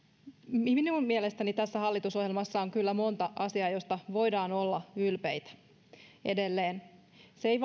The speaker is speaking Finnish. minun mielestäni tässä hallitusohjelmassa on kyllä monta asiaa joista voidaan olla ylpeitä edelleen se ei